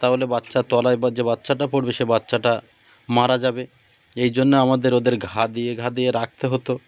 তাহলে বাচ্চার তলায় এবার যে বাচ্চাটা পড়বে সে বাচ্চাটা মারা যাবে এই জন্যে আমাদের ওদের ঘা দিয়ে ঘা দিয়ে রাখতে হতো